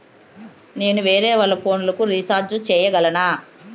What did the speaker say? నేను వేరేవాళ్ల ఫోను లకు రీచార్జి సేయగలనా?